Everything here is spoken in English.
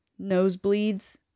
nosebleeds